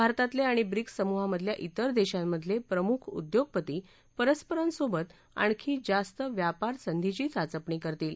भारतातले आणि ब्रिक्स समूहामधल्या तिर देशांमधले प्रमुख उद्योगपती परस्परांसोबत आणखी जास्त व्यापार संधीची चाचपणी करतील